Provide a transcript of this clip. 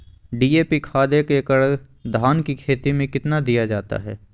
DAP खाद एक एकड़ धान की खेती में कितना दीया जाता है?